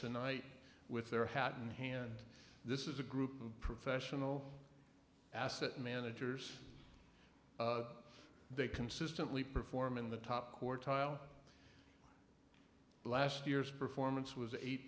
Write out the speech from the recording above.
tonight with their hat in hand this is a group of professional asset managers they consistently perform in the top quartile while last year's performance was eight